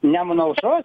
nemuno aušros